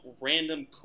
random